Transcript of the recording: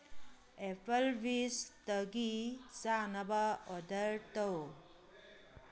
ꯑꯦꯄꯜꯕꯤꯁꯇꯒꯤ ꯆꯥꯅꯕ ꯑꯣꯗꯔ ꯇꯧ